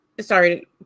sorry